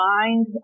mind